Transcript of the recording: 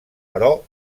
però